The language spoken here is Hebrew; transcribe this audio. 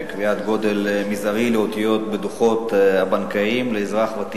קביעת גודל מזערי לאותיות בדוחות בנקאיים לאזרח ותיק).